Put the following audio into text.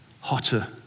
hotter